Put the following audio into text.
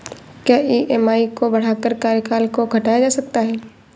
क्या ई.एम.आई को बढ़ाकर कार्यकाल को घटाया जा सकता है?